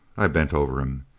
i bent over him.